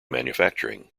manufacturing